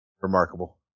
remarkable